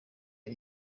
iki